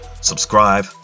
subscribe